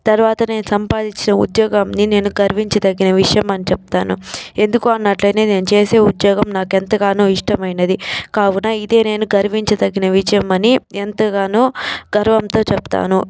తర్వాత నేను సంపాదించే ఉద్యోగంని నేను గర్వించదగిన విషయం అని చెప్తాను ఎందుకు అన్నట్లయితే నేను చేసే ఉద్యోగం నాకు ఎంతగానో ఇష్టమైనది కావున ఇదే నేను గర్వించదగిన విజయమని ఎంతగానో గర్వంతో చెప్తాను